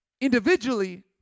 individually